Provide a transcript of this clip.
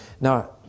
Now